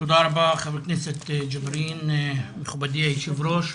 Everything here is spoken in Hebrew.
תודה רבה ח"כ ג'בארין, מכובדי היו"ר.